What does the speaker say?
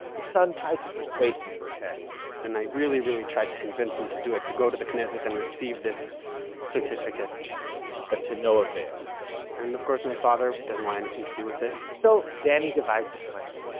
his son tried to persuade him to attend and i i really, really tried to convince him to do it to go to the knesset and receive this certificate but, to no avail and, of course, my father doesn't want anything to do with it so danny devised a plan.